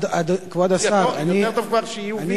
יותר טוב כבר שיהיו ויזות.